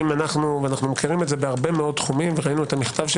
ואנו מכירים את זה בהרבה מאוד תחומים וראינו את המכתב של